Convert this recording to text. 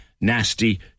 nasty